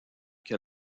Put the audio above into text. que